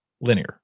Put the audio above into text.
Linear